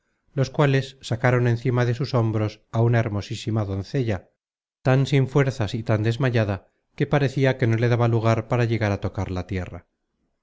los cuales sacaron encima de sus hombros á una hermosísima doncella tan sin fuerzas y tan desmayada que parecia que no le daba lugar para llegar a tocar la tierra